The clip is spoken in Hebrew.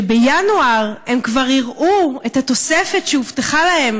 שבינואר הם כבר יראו את התוספת שהובטחה להם